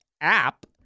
app